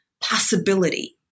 possibility